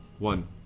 One